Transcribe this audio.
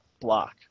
block